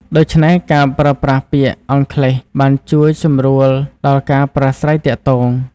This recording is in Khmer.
ដូច្នេះការប្រើប្រាស់ពាក្យអង់គ្លេសបានជួយសម្រួលដល់ការប្រាស្រ័យទាក់ទង។